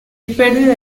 pérdida